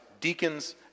Deacons